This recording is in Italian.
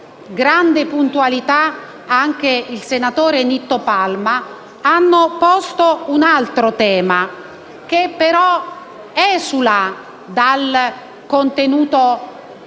grande puntualità, anche il senatore Nitto Palma hanno posto un altro tema, che però esula dal contenuto